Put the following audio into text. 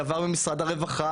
עבר למשרד הרווחה,